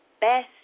best